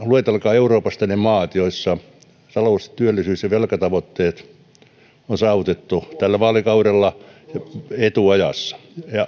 luetelkaa euroopasta ne maat joissa talous työllisyys ja velkatavoitteet on saavutettu tällä vaalikaudella etuajassa